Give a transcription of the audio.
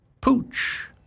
Pooch